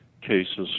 cases